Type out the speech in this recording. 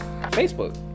Facebook